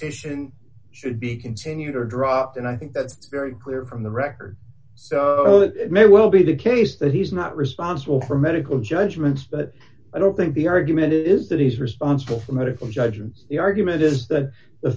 station should be continued or dropped and i think that's very clear from the record so that it may well be the case that he's not responsible for medical judgments but i don't think the argument is that he's responsible for a medical judgment the argument is that the